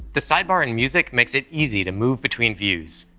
the sidebar in music makes it easy to move between views.